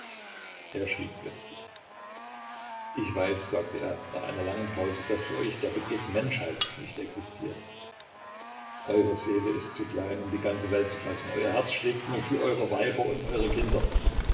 er schwieg plötzlich ich weiß sagte er nach einer langen pause daß für euch der begriff menschheit nicht existiert eure seele ist zu klein um die ganze welt zu fassen euer herz schlägt nur für eure weiber und eure kinder